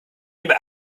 immer